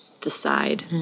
Decide